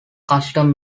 custom